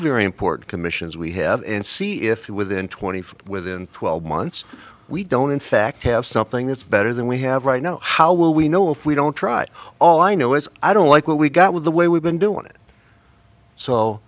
very important commissions we have and see if you within twenty five within twelve months we don't in fact have something that's better than we have right now how will we know if we don't try all i know is i don't like what we got with the way we've been doing it so